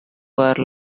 were